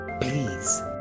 please